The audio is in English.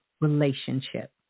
relationship